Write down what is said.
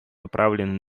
направленная